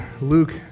Luke